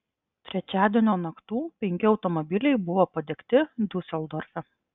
trečiadienio naktų penki automobiliai buvo padegti diuseldorfe